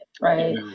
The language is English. right